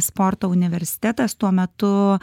sporto universitetas tuo metu